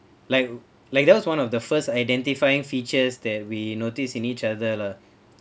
like like that was one of the first identifying features that we noticed in each other lah